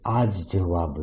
આ જ જવાબ છે